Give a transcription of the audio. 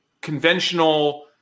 conventional